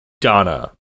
Donna